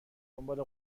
دنبال